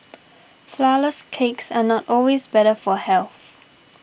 Flourless Cakes are not always better for health